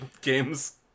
games